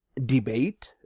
debate